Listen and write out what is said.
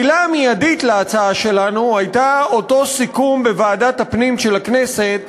העילה המיידית להצעה שלנו הייתה אותו סיכום בוועדת הפנים של הכנסת